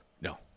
No